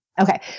Okay